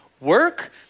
work